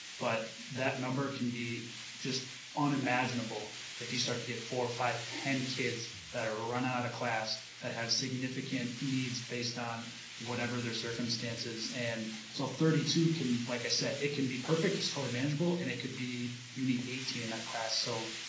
but that number can be just unimaginable if you start to get four, five, ten kids that are runnin' out of class, that have significant needs based on whatever their circumstances. and so thirty two can, like i said, it can be perfect, it's totally manageable, and it could be, you need eighteen in that class, so,